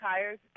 tires